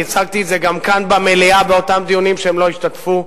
אני הצגתי את זה גם כאן במליאה באותם דיונים שהם לא השתתפו.